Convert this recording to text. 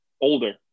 older